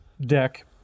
deck